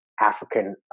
African